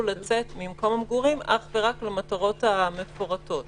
לצאת ממקום המגורים אך ורק למטרות המפורטות,